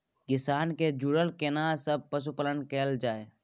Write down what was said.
किसान से जुरल केना सब पशुपालन कैल जाय?